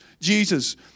Jesus